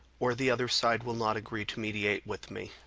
or the other side will not agree to mediate with me.